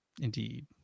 Indeed